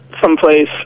someplace